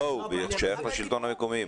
לא, הוא שייך לשלטון המקומי.